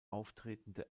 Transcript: auftretende